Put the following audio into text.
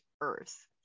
earth